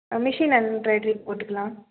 machine எம்ப்ராய்ரியே போட்டுக்கலாம்